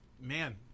Man